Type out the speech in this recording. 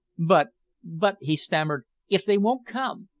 but but he stammered, if they won't come?